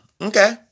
Okay